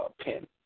pin